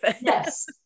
yes